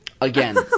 Again